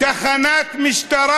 תחנת משטרה,